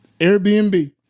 Airbnb